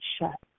shut